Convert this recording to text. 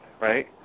right